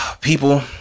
people